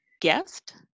guest